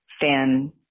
fan